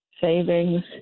savings